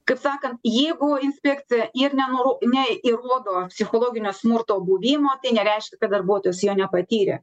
kaip sakant jeigu inspekcija ir nenoru neįrodo psichologinio smurto buvimo tai nereiškia kad darbuotojas jo nepatyrė